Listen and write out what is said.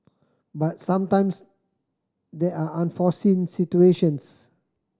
but sometimes there are unforeseen situations